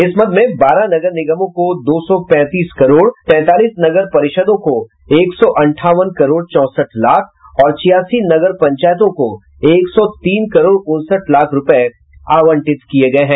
इस मद में बारह नगर निगमों को दो सौ पैंतीस करोड़ तैतालीस नगर परिषदों को एक सौ अंठावन करोड चौसठ लाख और छियासी नगर पंचायतों को एक सौ तीन करोड़ उनसठ लाख रूपये आवंटित किये गये हैं